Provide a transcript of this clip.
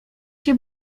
cię